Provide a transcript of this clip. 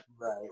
Right